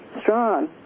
strong